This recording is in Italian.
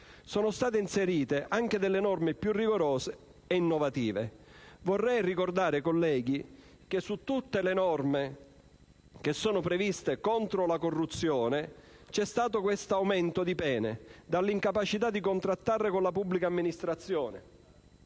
Sono state inserite anche delle norme più rigorose ed innovative. Vorrei ricordare, colleghi, che su tutte le norme che sono previste contro la corruzione c'è stato questo aumento di pene, dall'incapacità di contrattare con la pubblica amministrazione